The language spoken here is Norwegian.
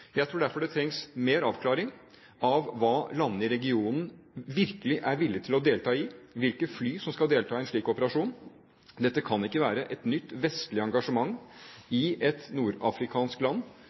Jeg tror derfor det trengs mer avklaring av hva landene i regionen virkelig er villige til å delta i, hvilke fly som skal delta i en slik operasjon. Dette kan ikke være et nytt vestlig engasjement i et nordafrikansk land,